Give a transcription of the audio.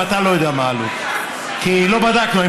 גם אתה לא יודע מה העלות, כי לא בדקנו.